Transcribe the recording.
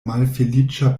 malfeliĉa